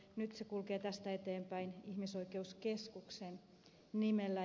nyt se kulkee tästä eteenpäin ihmisoikeuskeskuksen nimellä